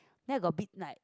then I got bit like